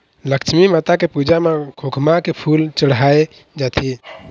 लक्छमी माता के पूजा म खोखमा के फूल चड़हाय जाथे